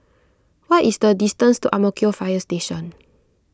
what is the distance to Ang Mo Kio Fire Station